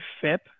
FIP